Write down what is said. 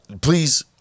Please